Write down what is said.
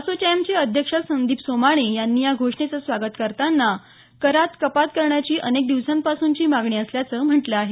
असोचॅमचे अध्यक्ष संदीप सोमाणी यांनी या घोषणेचं स्वागत करताना करात कपात करण्याची अनेक दिवसांपासूनची मागणी असल्याचं म्हटलं आहे